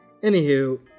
anywho